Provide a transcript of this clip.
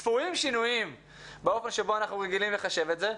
צפויים שינויים באופן שבו אנחנו רגילים לחשב את זה,